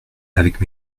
avec